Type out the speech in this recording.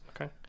Okay